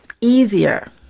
easier